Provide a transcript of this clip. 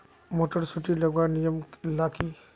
Motor सुटी लगवार नियम ला की?